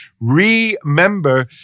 Remember